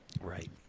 Right